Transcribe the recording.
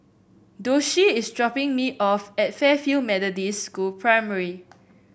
Doshie is dropping me off at Fairfield Methodist School Primary